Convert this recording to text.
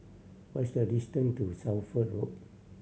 what is the distance to Suffolk Road